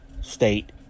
State